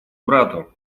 брату